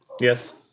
yes